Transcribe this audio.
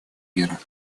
мира